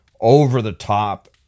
over-the-top